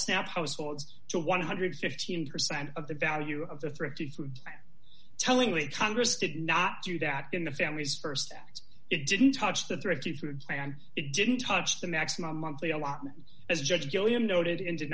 snap households to one hundred and fifteen percent of the value of the thrifty tellingly congress did not do that in the family's st it didn't touch the thrifty food plan it didn't touch the maximum monthly allotment as judge gilliam noted in de